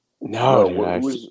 No